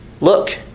look